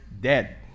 dead